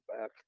back